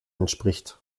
entspricht